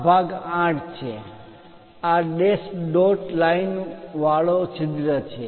આ ભાગ 8 છે આ ડૅશ ડોટ લાઇનોવાળો છિદ્ર છે